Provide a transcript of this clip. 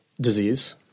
disease